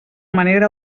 manera